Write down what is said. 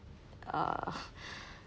err